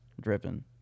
driven